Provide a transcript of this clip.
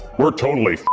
we're totally